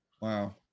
Wow